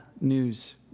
news